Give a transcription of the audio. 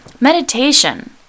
Meditation